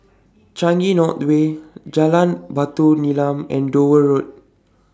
Changi North Way Jalan Batu Nilam and Dover Road